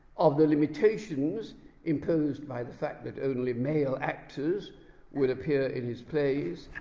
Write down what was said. of the limitations imposed by the fact that only male actors would appear in his plays,